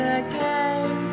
again